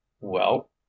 Well